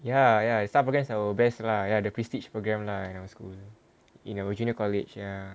ya ya she's up sebagai our best lah ya the prestige programme lah in our school you know junior college ya